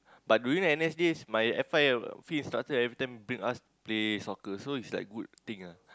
but during N_S days my F_I field instructor everytime bring us play soccer so is like good thing ah